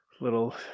little